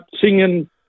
singing